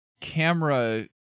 camera